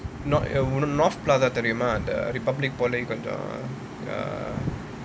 north உனக்கு:unaku north plaza தெரியுமா அந்த:theriyuma antha the republic polytechnic கொஞ்ச:konja err